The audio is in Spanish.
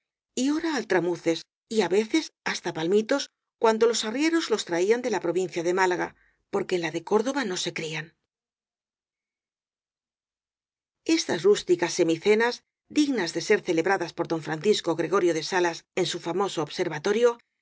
y ora altramu ces y á veces hasta palmitos cuando los arrieros los traían de la provincia de málaga porque en la de córdoba no se crían estas rústicas semicenas dignas de ser celebra das por don francisco gregorio de salas en su fa moso observatorio